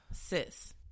Sis